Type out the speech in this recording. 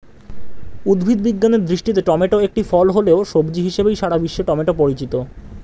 উদ্ভিদ বিজ্ঞানের দৃষ্টিতে টমেটো একটি ফল হলেও, সবজি হিসেবেই সারা বিশ্বে টমেটো পরিচিত